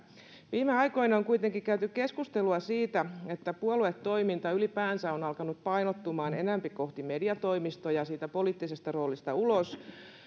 viime aikoina on kuitenkin käyty keskustelua siitä että puoluetoiminta ylipäänsä on alkanut painottumaan enempi kohti mediatoimistoja tulemaan siitä poliittisesta roolista ulos